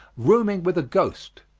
rooming with a ghost.